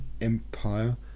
empire